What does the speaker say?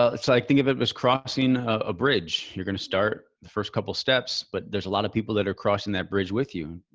it's like think of it as crossing a bridge. you're going to start the first couple of steps, but there's a lot of people that are crossing that bridge with you,